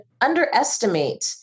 underestimate